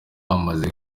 bamaze